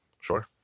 Sure